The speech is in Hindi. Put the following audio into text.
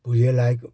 पूजा लायक़